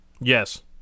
Yes